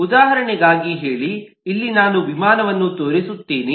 ಉದಾಹರಣೆಗಾಗಿ ಹೇಳಿ ಇಲ್ಲಿ ನಾನು ವಿಮಾನವನ್ನು ತೋರಿಸುತ್ತೇನೆ